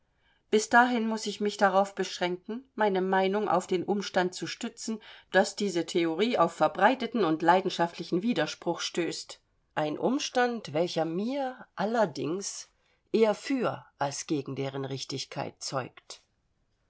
bis dahin muß ich mich darauf beschränken meine meinung auf den umstand zu stützen daß die theorie auf verbreiteten und leidenschaftlichen widerspruch stößt ein umstand welcher mir allerdings eher für als gegen deren richtigkeit zeugt